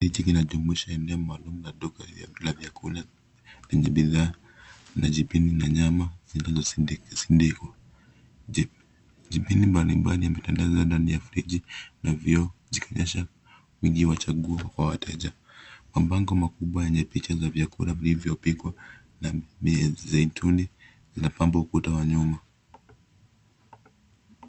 Hili linalojumuisha eneo maalum la duka la vyakula lenye bidhaa na jibini na nyama zisizosindikwa. Jibini mbalimbali yametandazwa ndani ya friji za vioo zikionyesha wingi wa chaguo kwa wateja. Mabango makubwa yenye picha za vyakula vilivyopikwa na miezeituni zinapamba ukuta wa nyuma.